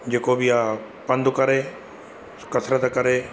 जेको बि आहे पंधु करे कसरत करे